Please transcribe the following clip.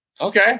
Okay